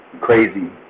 Crazy